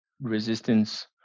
resistance